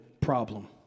problem